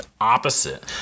opposite